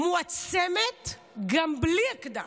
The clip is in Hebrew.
מועצמת גם בלי אקדח.